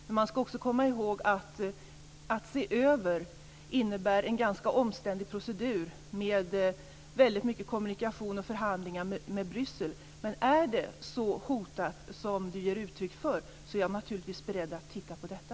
Man ska också komma ihåg att det innebär en ganska omständlig procedur att se över detta. Det innebär väldigt mycket kommunikation och förhandlingar med Bryssel. Men om det är så hotat som Karin Svensson Smith ger uttryck för, är jag naturligtvis beredd att titta på detta.